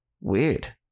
weird